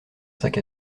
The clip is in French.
sac